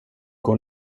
går